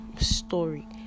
story